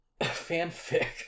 fanfic